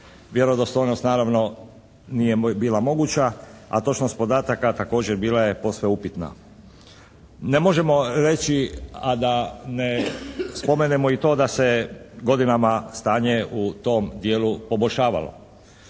vjerodostojnost naravno nije bila moguća, a točnost podataka također bila je posve upitna. Ne možemo reći a da ne spomenemo i to da se godinama stanje u tom dijelu poboljšavalo.